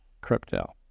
crypto